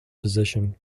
position